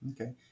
Okay